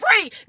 free